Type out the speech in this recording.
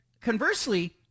conversely